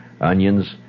onions